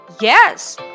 Yes